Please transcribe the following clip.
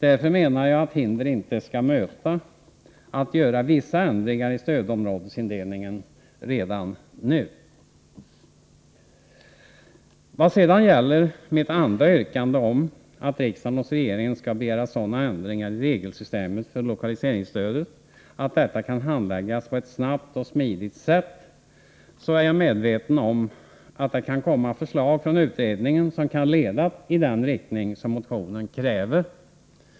Därför menar jag att hinder inte skall möta att göra vissa ändringar i stödområdesindelningen redan nu. Vad sedan gäller mitt andra yrkande, att riksdagen hos regeringen skall begära sådana ändringar i regelsystemet för lokaliseringsstödet att detta kan handläggas på ett snabbt och smidigt sätt, så är jag medveten om att det kan komma förslag från utredningen som kan leda i den riktning som motionen kräver.